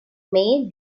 may